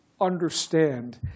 understand